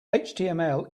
html